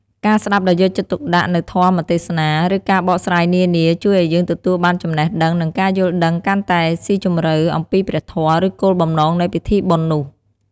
ការស្តាប់ដោយយកចិត្តទុកដាក់ នូវធម៌ទេសនា ឬការបកស្រាយនានា ជួយឲ្យយើងទទួលបានចំណេះដឹង និងការយល់ដឹងកាន់តែស៊ីជម្រៅអំពីព្រះធម៌ ឬគោលបំណងនៃពិធីបុណ្យនោះ។